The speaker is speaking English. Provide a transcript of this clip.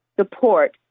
support